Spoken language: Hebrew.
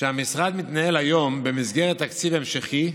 שהמשרד מתנהל היום במסגרת תקציב המשכי,